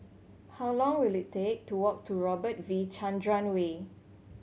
how long will it take to walk to Robert V Chandran Way